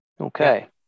Okay